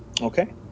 Okay